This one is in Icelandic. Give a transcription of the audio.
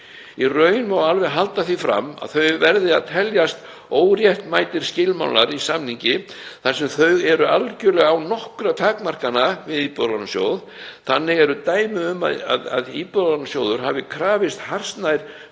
Í raun má alveg halda því fram að þau verði að teljast óréttmætir skilmálar í samningi þar sem þau eru algerlega án nokkurra takmarkana við Íbúðalánasjóð. Þannig eru dæmi um að Íbúðalánasjóður hafi krafist hartnær